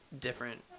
different